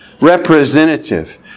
representative